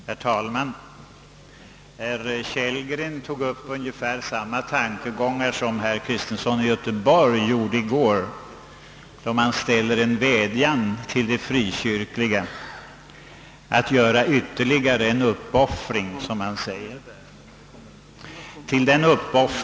Herr talman! Herr Kellgren tog upp ungefär samma tankegångar som herr Kristenson i Göteborg framförde i går och vädjade till de frikyrkliga att göra ytterligare en uppoffring, som han uttryckte det.